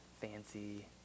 fancy